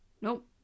Nope